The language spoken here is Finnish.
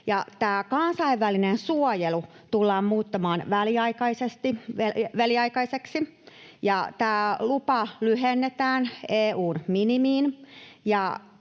tämä kansainvälinen suojelu tullaan muuttamaan väliaikaiseksi, ja tämä lupa lyhennetään EU:n minimiin.